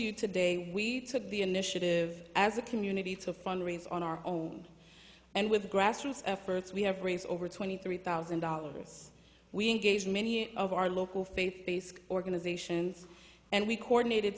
you today we took the initiative as a community to fundraise on our own and with grassroots efforts we have raised over twenty three thousand dollars we engage many of our local faith based organizations and we coordinated